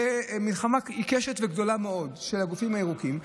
ומלחמה עיקשת וגדולה מאוד של הגופים הירוקים,